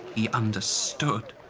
he understood.